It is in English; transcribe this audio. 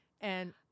and-